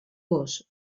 gos